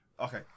Okay